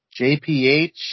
JPH